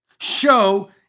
Show